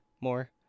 more